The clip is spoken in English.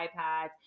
iPads